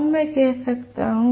अब मैं कह सकता हूं